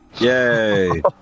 Yay